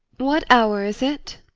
what hour is it?